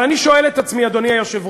אבל אני שואל את עצמי, אדוני היושב-ראש: